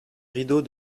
rideau